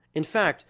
in fact,